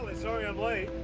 sorry i'm late.